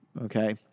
Okay